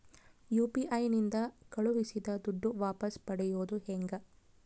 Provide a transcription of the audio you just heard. UPI ನಿಂದ ಕಳುಹಿಸಿದ ದುಡ್ಡು ವಾಪಸ್ ಪಡೆಯೋದು ಹೆಂಗ?